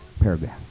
paragraph